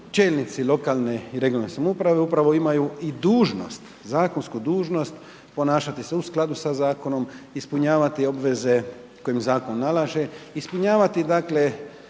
čelnici lokalne i regionalne samouprave upravo imaju i dužnost, zakonsku dužnost, ponašati se u skladu sa zakonom, ispunjavati obveze koji im zakon nalaže, ispunjavati, dakle,